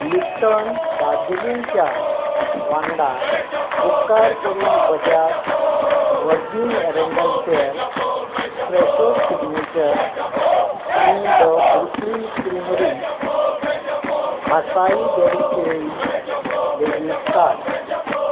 Lipton दार्जिलिंगच्या वांगडा उपकार करून बजाज वर्जिन एरेंडल तेल फ्रॅशो सिग्नेचर आनी the Brooklyn creamery acai berry केळी लेगीत काड